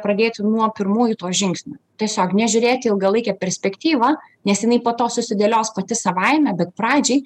pradėti nuo pirmųjų to žingsnių tiesiog nežiūrėti ilgalaikę perspektyvą nes jinai po to susidėlios pati savaime bet pradžiai